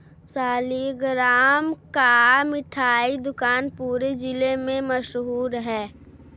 सालिगराम का मिठाई दुकान पूरे जिला में मशहूर है